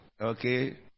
Okay